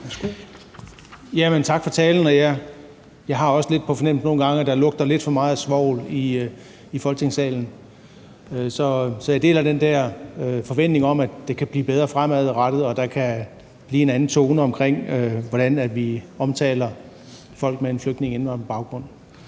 Tak for talen. Jeg har også lidt på fornemmelsen nogle gange, at der lugter lidt for meget af svovl i Folketingssalen. Så jeg deler den der forventning om, at det kan blive bedre fremadrettet, og at der kan komme en anden tone, i forhold til hvordan vi omtaler folk med en flygtninge-/indvandrerbaggrund.